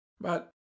But